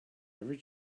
every